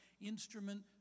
instrument